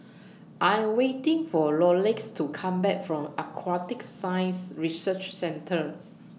I'm waiting For Loris to Come Back from Aquatic Science Research Centre